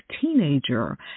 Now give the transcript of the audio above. teenager